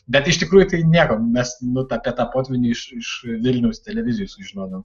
bet iš tikrųjų tai nėra mes nu apie tą potvynį iš iš vilniaus televizijos sužinodavom